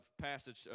passage